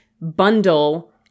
bundle